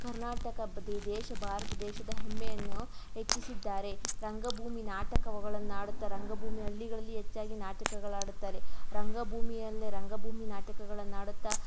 ಕರ್ನಾಟಕ ಬ್ ದೇ ದೇಶ ಭಾರತ ದೇಶದ ಹೆಮ್ಮೆಯನ್ನು ಹೆಚ್ಚಿಸಿದ್ದಾರೆ ರಂಗಭೂಮಿ ನಾಟಕಗಳನ್ನಾಡುತ್ತಾ ರಂಗಭೂಮಿ ಹಳ್ಳಿಗಳಲ್ಲಿ ಹೆಚ್ಚಾಗಿ ನಾಟಕಗಳಾಡುತ್ತಾರೆ ರಂಗಭೂಮಿಯಲ್ಲೇ ರಂಗಭೂಮಿ ನಾಟಕಗಳನ್ನಾಡುತ್ತಾ